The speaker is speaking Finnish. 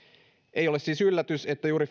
ei ole siis yllätys että juuri